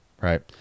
right